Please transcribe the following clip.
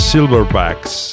Silverbacks